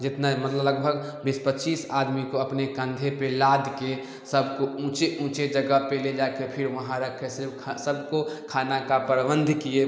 जितना मतलब लगभग बीस पच्चीस आदमी को अपने कंधे पर लाद कर सबको ऊँचे ऊँचे जगह पर ले जा कर फिर वहाँ रखे सिर्फ सबको खाना का प्रबंध किए